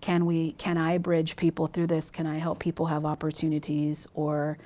can we, can i bridge people through this? can i help people have opportunities or,